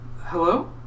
Hello